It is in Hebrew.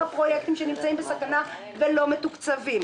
פרויקטים שנמצאים בסכנה ולא מתוקצבים.